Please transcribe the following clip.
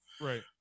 Right